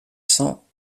cents